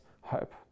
hope